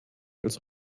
als